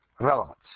relevance